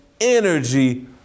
energy